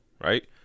right